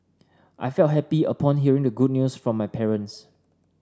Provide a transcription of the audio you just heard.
I felt happy upon hearing the good news from my parents